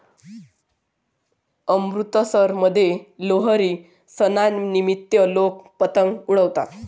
अमृतसरमध्ये लोहरी सणानिमित्त लोक पतंग उडवतात